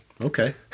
Okay